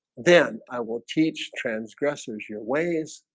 then i will teach transgressors your ways